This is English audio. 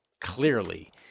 clearly